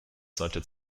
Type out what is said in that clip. sollte